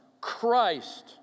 Christ